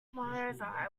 moreover